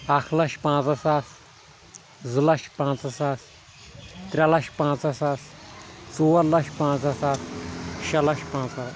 اکھ لچھ پنژہ ساس زٕ لچھ پنژہ ساس ترٛےٚ لچھ پنژہ ساس ژور لچھ پنژہ ساس شیٚے لچھ پنژھ سا